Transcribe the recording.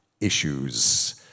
issues